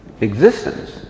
existence